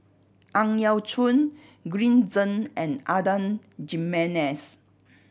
Ang Yau Choon Green Zeng and Adan Jimenez